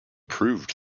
proved